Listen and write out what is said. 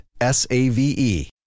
S-A-V-E